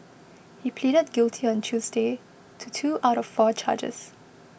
he pleaded guilty on Tuesday to two out of four charges